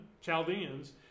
Chaldeans